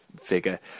figure